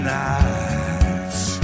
nights